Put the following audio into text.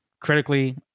critically